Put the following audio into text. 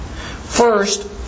First